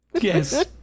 Yes